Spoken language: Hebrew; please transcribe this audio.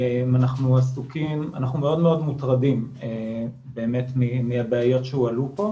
אנחנו מאוד מוטרדים מהבעיות שהועלו פה.